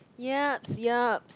yeap yeap